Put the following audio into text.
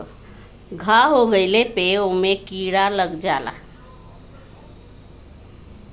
घाव हो गइले पे ओमे भी कीरा लग जाला